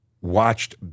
watched